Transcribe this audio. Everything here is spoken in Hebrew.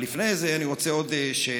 אבל לפני זה אני רוצה עוד שאלה,